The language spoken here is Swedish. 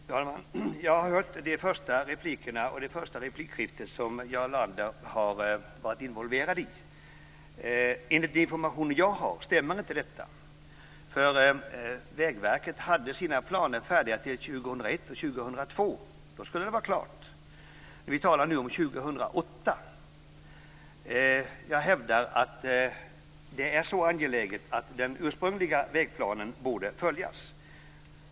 Fru talman! Jag hörde de första replikerna och det första replikskifte som Jarl Lander var involverad i. Enligt de informationer jag har stämmer inte detta. 2001 och 2002. Då skulle det vara klart. Vi talar nu om 2008. Jag hävdar att det är så angeläget att den ursprungliga vägplanen borde följas.